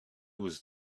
was